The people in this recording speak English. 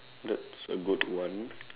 that's a good one